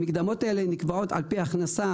המקדמות האלה נקבעות על ידי הכנסה